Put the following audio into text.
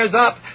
up